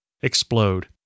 explode